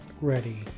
ready